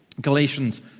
Galatians